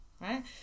right